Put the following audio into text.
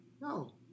no